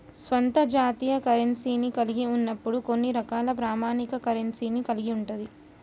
స్వంత జాతీయ కరెన్సీని కలిగి ఉన్నప్పుడు కొన్ని రకాల ప్రామాణిక కరెన్సీని కలిగి ఉంటది